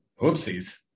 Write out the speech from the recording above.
whoopsies